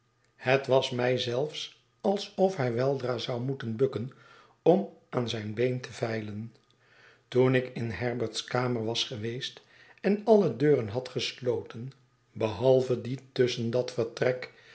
het was mij zelfs alsof hij weldra zou moeten bukken om aan zijn been te vijlen toen ik in herbert's kamer was geweest en alle deuren had gesloten behalve die tusschen dat vertrek